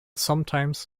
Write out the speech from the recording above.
sometimes